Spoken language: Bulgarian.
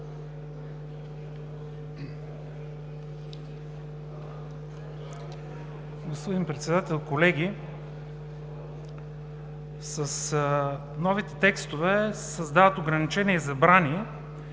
Господин Председател, колеги! С новите текстове се създават ограничения и забрани,